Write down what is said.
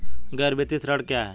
गैर वित्तीय ऋण क्या है?